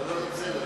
לא, לא, לא, בסדר.